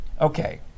Okay